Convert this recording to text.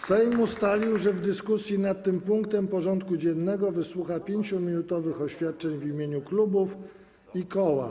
Sejm ustalił, że w dyskusji nad tym punktem porządku dziennego wysłucha 5-minutowych oświadczeń w imieniu klubów i koła.